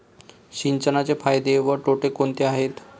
सिंचनाचे फायदे व तोटे कोणते आहेत?